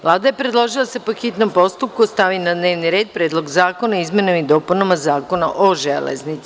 Vlada je predložila da se po hitnom postupku stavi na dnevni red Predlog zakona o izmenama i dopunama Zakona o Železnici.